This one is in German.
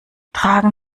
tragen